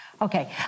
Okay